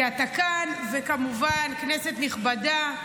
כי אתה כאן, וכמובן, כנסת נכבדה.